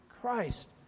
Christ